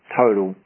total